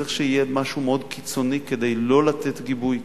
צריך שיהיה משהו מאוד קיצוני כדי לא לתת גיבוי,